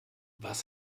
was